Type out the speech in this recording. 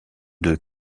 deux